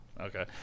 Okay